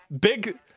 Big